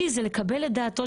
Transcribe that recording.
יש ידע,